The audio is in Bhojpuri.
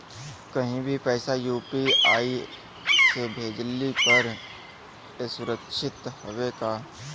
कहि भी पैसा यू.पी.आई से भेजली पर ए सुरक्षित हवे का?